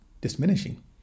diminishing